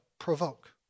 provoke